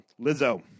Lizzo